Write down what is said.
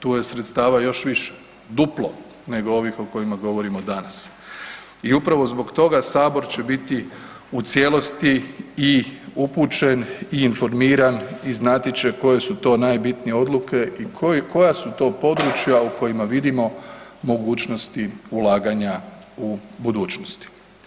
Tu je sredstava još više, duplo nego ovih o kojima govorimo danas i upravo zbog toga Sabor će biti u cijelosti i upućeni, i informiran, i znati će koje su to najbitnije odluke i koja su to područja u kojima vidimo mogućnosti ulaganja u budućnosti.